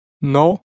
No